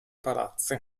palazzi